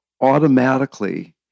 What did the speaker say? automatically